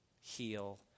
heal